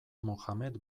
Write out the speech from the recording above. mohamed